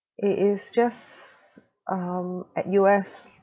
it is just um at U_S